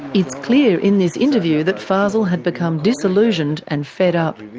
it's clear in this interview that fazel had become disillusioned and fed up.